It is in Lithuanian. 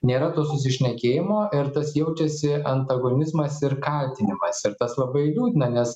nėra to susišnekėjimo ir tas jaučiasi antagonizmas ir kaltinimas ir tas labai liūdna nes